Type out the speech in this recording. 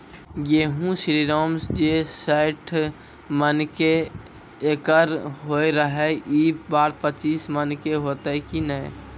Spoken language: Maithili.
गेहूँ श्रीराम जे सैठ मन के एकरऽ होय रहे ई बार पचीस मन के होते कि नेय?